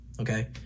Okay